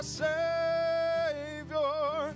savior